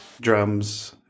drums